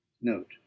Note